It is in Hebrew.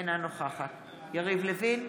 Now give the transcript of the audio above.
אינה נוכחת יריב לוין,